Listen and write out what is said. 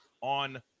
on